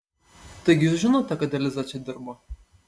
taigi jūs žinote kad eliza čia dirbo